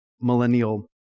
millennial